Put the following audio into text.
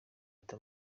ati